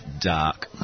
dark